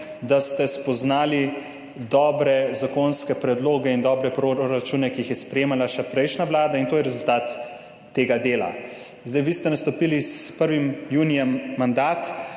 da ste spoznali dobre zakonske predloge in dobre proračune, ki jih je sprejemala še prejšnja vlada in to je rezultat tega dela. Vi ste mandat nastopili s 1. junijem. Glede